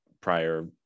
prior